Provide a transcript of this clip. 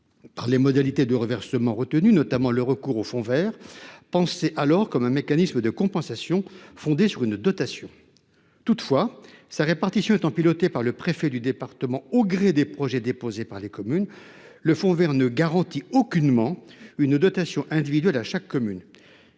les modalités de reversement retenues, notamment le recours au fonds vert, pensé alors comme un mécanisme de compensation fondé sur une dotation. Toutefois, sa répartition étant pilotée par le préfet de département au gré des projets déposés par les communes, le fonds vert ne garantit aucunement une dotation individuelle à chaque commune.